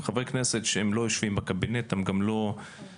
חברי הכנסת שלא יושבים בקבינט אי